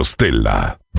Stella